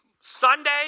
Sunday